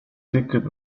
ticket